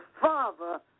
Father